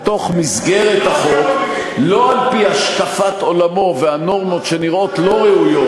אתה אלף-בית בדמוקרטיה לא מבין.